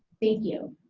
thank you.